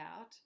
out